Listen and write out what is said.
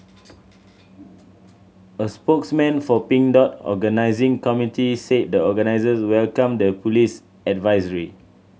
a spokesman for Pink Dot organising committee said the organisers welcomed the police advisory